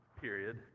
period